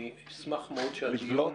אני אשמח מאוד שהדיון -- לבלוט?